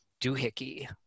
doohickey